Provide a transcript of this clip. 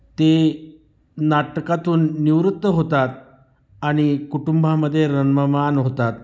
ते नाटकातून निवृत्त होतात आणि कुटुंबाामध्ये रममाण होतात